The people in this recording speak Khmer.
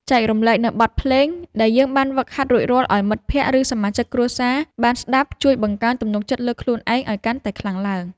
ចែករំលែកនូវបទភ្លេងដែលយើងបានហ្វឹកហាត់រួចរាល់ឱ្យមិត្តភក្តិ ឬសមាជិកគ្រួសារបានស្ដាប់ជួយបង្កើនទំនុកចិត្តលើខ្លួនឯងឱ្យកាន់តែខ្លាំងឡើង។